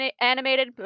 animated